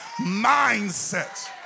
mindset